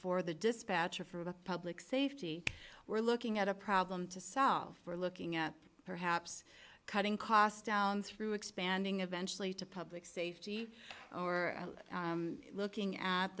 for the dispatcher for the public safety we're looking at a problem to solve we're looking at perhaps cutting costs down through expanding eventually to public safety or looking at the